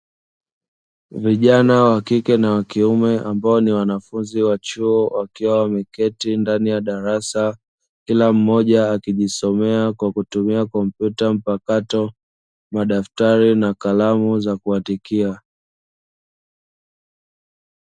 Vijana wa kike na wa kiume ambao ni wanafunzi wa chuo wakiwa wameketi ndani ya darasa kila mmoja akijisomea kwa kutumia kompyuta mpakato, madaftari na kalamu za kuandikia.